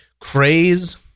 craze